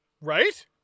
right